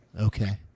Okay